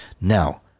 Now